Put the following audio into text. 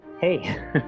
Hey